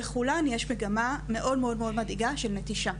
בכולם יש מגמה מדאיגה מאוד של נטישה.